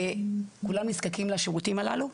כולם נזקקים לשירותים הללו.